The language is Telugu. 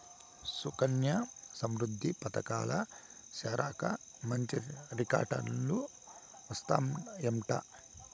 సుకన్యా సమృద్ధి పదకంల చేరాక మంచి రిటర్నులు వస్తందయంట